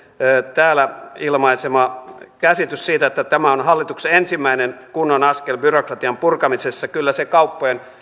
täällä ilmaisema käsitys siitä että tämä on hallituksen ensimmäinen kunnon askel byrokratian purkamisessa kyllä se kauppojen